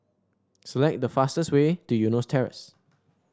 select the fastest way to Eunos Terrace